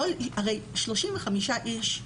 הרי 35 איש,